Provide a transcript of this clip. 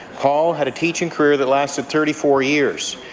paul had teaching career that lasted thirty four years,